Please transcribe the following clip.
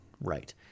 Right